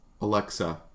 Alexa